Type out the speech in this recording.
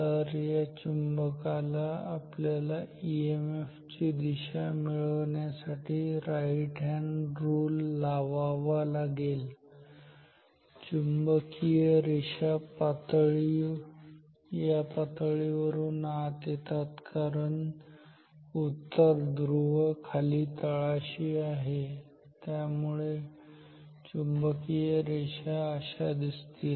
तर या चुंबकाला आपल्याला ईएमएफ ची दिशा मिळण्यासाठी राईट हॅन्ड रूल लावावा लागेल चुंबकीय रेषा पातळीवरून येतात आत येतात कारण उत्तर ध्रुव खाली तळाशी आहे त्यामुळे चुंबकीय रेषा अशा दिसतील